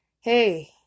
Hey